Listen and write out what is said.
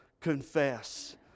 confess